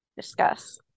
discuss